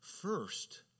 First